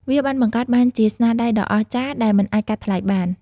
វាបានបង្កើតបានជាស្នាដៃដ៏អស្ចារ្យដែលមិនអាចកាត់ថ្លៃបាន។